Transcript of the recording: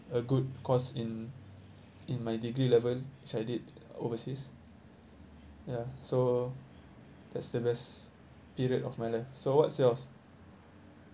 a good course in in my degree level which I did overseas ya so that's the best period of my life so what's yours